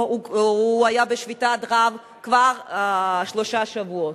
הוא היה בשביתת רעב כבר שלושה שבועות.